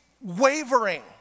wavering